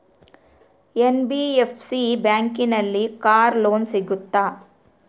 NBFC ಬ್ಯಾಂಕಿನಲ್ಲಿ car loan ಸಿಗುತ್ತಾ?